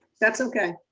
that's okay.